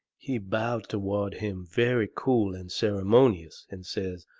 he bowed toward him very cool and ceremonious, and says,